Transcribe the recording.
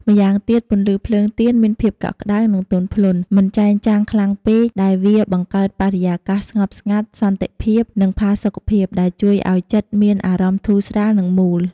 ម្យ៉ាងទៀត ពន្លឺភ្លើងទៀនមានភាពកក់ក្ដៅ និងទន់ភ្លន់ មិនចែងចាំងខ្លាំងពេកដែលវាបង្កើតបរិយាកាស ស្ងប់ស្ងាត់ សន្តិភាព និងផាសុកភាព ដែលជួយឲ្យចិត្តមានអារម្មណ៍ធូរស្រាល និងមូល។